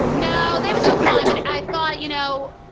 no they were still calling but i thought, you know,